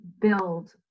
build